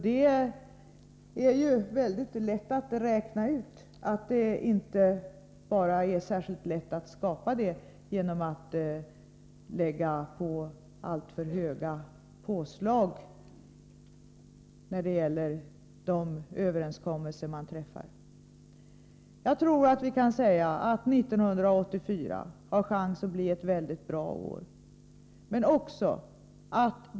Det är mycket lätt att räkna ut att det, i samband med olika överenskommelser, inte är särskilt enkelt att åstadkomma något sådant genom alltför höga påslag. Jag tror att vi kan säga att det finns en chans att 1984 blir ett mycket bra år.